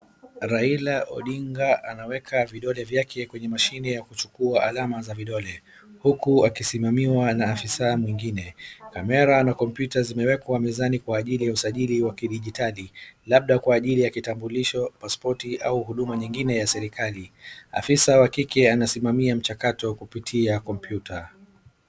Raila Odinga anaweka vidole vyake kwenye mashine ya kuchukua alama za vidole huku akisiamiwa na afisa mwingine kamera na kompyuta zimewekwa mezani kwa ajli ya usajili wa kidijitali labda kwa ajili ya kitamulisho ,paspoti au huduma nyingine ya serikali. Afisa wa kike anasimamia mchakato kupitia